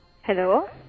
Hello